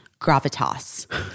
gravitas